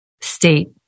state